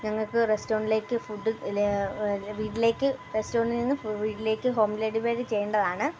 ഞങ്ങൾക്ക് റസ്റ്റോറൻ്റിലേക്ക് ഫുഡ് വീട്ടിലേക്ക് റസ്റ്റോറൻ്റിൽ നിന്ന് വീട്ടിലേക്ക് ഹോം ഡെലിവറി ചെയ്യേണ്ടതാണ്